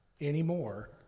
anymore